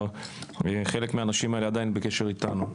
חלק מהאנשים האלה עדיין בקשר איתנו,